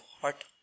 hot